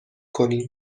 کنیم